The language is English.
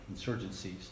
insurgencies